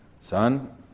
Son